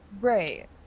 right